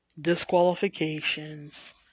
disqualifications